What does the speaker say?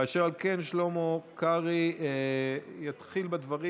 אשר על כן, שלמה קרעי יתחיל בדברים.